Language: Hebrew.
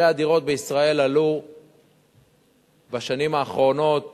מחירי הדירות בישראל עלו בשנים האחרונות